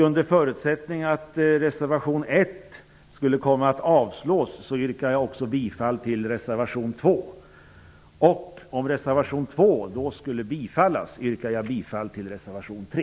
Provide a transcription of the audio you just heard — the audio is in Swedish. Under förutsättning att reservation 1 skulle komma att avslås yrkar jag också bifall till reservation 2. Om reservation 2 skulle bifallas yrkar jag bifall till reservation 3.